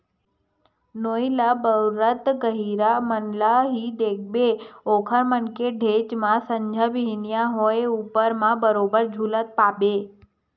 नोई ल बउरत गहिरा मन ल ही देखबे ओखर मन के घेंच म संझा बिहनियां होय ऊपर म बरोबर झुलत पाबे